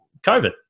COVID